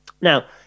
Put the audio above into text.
Now